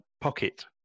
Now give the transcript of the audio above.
pocket